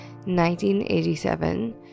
1987